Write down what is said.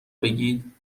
بگید